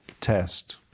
test